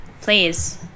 Please